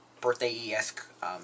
Birthday-esque